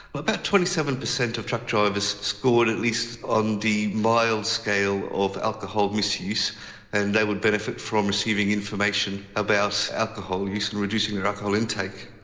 but about twenty seven percent of truck drivers scored at least on the mild scale of alcohol misuse and they would benefit from receiving information about alcohol use and reducing their alcohol intake.